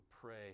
pray